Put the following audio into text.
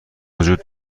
وجود